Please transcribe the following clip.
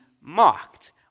mocked